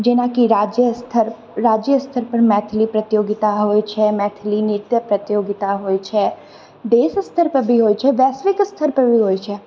जेनाकि राज्य स्तर राज्य स्तर पर मैथिली प्रतियोगिता होइ छै मैथिली नृत्य प्रतियोगिता होइ छै देश स्तर पर भी होइ छै वैश्विक स्तर पर भी होइ छै